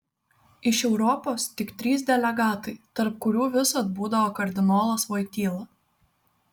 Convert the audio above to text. iš europos tik trys delegatai tarp kurių visad būdavo kardinolas voityla